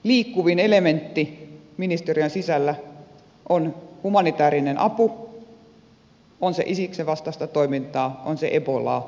liikkuvin elementti ministeriön sisällä on humanitäärinen apu on se isiksen vastaista toimintaa on se ebolaa tai jotain muuta